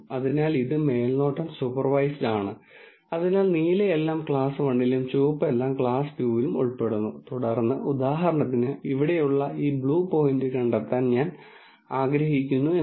അതിനാൽ നമുക്ക് 4 സൂക്ഷ്മാണുക്കൾ ഉണ്ടെന്ന് പറയട്ടെ നാല് രാസവസ്തുക്കൾ ഉണ്ട് ഇപ്പോൾ ഇവിടെ അനുമാനം ആരെങ്കിലും ഇത്തരമൊരു രാസവസ്തുവുമായി വന്നപ്പോൾ അവർ അത് പരീക്ഷിച്ചു അത് ആ പ്രത്യേക സൂക്ഷ്മാണുക്കൾക്ക് പ്രവർത്തിക്കുന്നുവെന്ന് അവർ വളരെ സൈദ്ധാന്തികമായും ആവർത്തിച്ച് കാണിച്ചും കാണിച്ചു